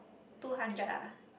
two hundred ah